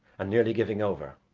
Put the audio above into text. and nearly giving over.